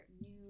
new